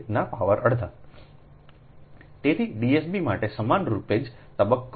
તેથી r'd3 ના power અડધા તેથી D s b માટે સમાનરૂપે તે જ તબક્કો b